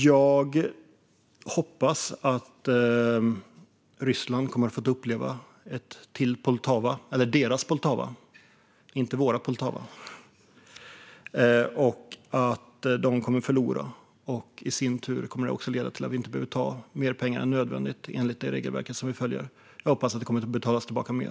Jag hoppas att Ryssland kommer att få sitt Poltava - inte vårt Poltava - och att de kommer att förlora. Det kommer att leda till att vi inte behöver ta mer pengar än nödvändigt, enligt de regelverk som vi följer. Jag hoppas att det kommer att betalas tillbaka mer.